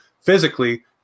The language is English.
physically